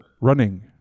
running